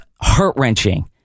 heart-wrenching